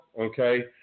okay